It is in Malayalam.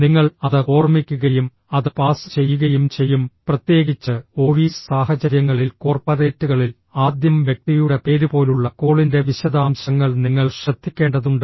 നിങ്ങൾ അത് ഓർമ്മിക്കുകയും അത് പാസ് ചെയ്യുകയും ചെയ്യും പ്രത്യേകിച്ച് ഓഫീസ് സാഹചര്യങ്ങളിൽ കോർപ്പറേറ്റുകളിൽ ആദ്യം വ്യക്തിയുടെ പേര് പോലുള്ള കോളിന്റെ വിശദാംശങ്ങൾ നിങ്ങൾ ശ്രദ്ധിക്കേണ്ടതുണ്ട്